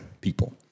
People